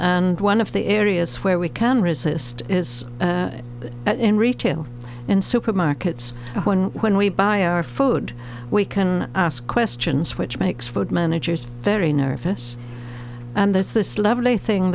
and one of the areas where we can resist is in retail in supermarkets when we buy our food we can ask questions which makes food managers very nervous and there's this lovely thing